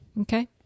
Okay